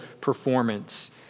performance